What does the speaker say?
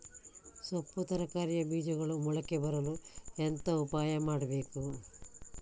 ಸೊಪ್ಪು ತರಕಾರಿಯ ಬೀಜಗಳು ಮೊಳಕೆ ಬರಲು ಎಂತ ಉಪಾಯ ಮಾಡಬೇಕು?